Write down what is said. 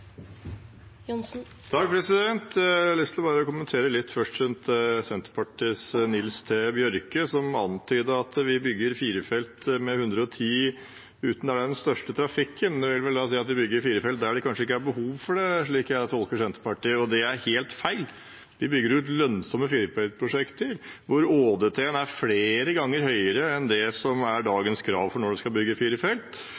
år også. Jeg har først bare lyst til å kommentere litt rundt Senterpartiets Nils T. Bjørke, som antydet at vi bygger firefelts vei med 110 km/t utenom der den største trafikken er. Det vil si at vi bygger fire felt der det kanskje ikke er behov for det, slik jeg tolker Senterpartiet. Det er helt feil. Vi bygger ut lønnsomme firefeltsprosjekter hvor ÅDT-en er flere ganger høyere enn det som er